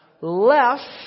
Left